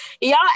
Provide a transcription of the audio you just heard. y'all